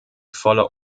voller